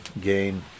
gain